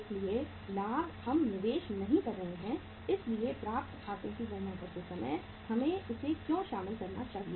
इसलिए लाभ हम निवेश नहीं कर रहे हैं इसलिए प्राप्त खातों की गणना करते समय हमें इसे क्यों शामिल करना चाहिए